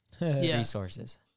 resources